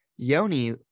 Yoni